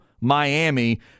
Miami